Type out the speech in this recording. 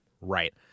Right